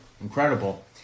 incredible